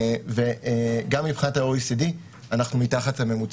וגם מבחינת ה-OECD אנחנו מתחת לממוצע.